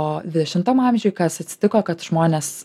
o dvidešimtam amžiuj kas atsitiko kad žmonės